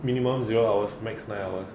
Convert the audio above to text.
minimum zero hours max nine hours